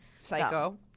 Psycho